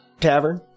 tavern